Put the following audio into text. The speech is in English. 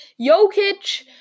Jokic